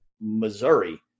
Missouri